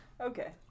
Okay